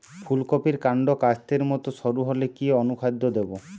ফুলকপির কান্ড কাস্তের মত সরু হলে কি অনুখাদ্য দেবো?